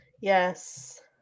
yes